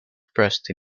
expressed